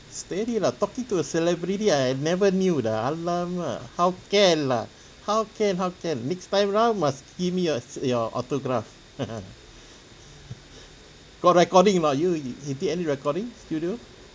steady lah talking to a celebrity I never knew dah !alamak! how can lah how can how can next time round must give me your s~ your autograph got recording or not you you did any recording studio